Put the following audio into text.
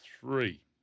three